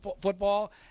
football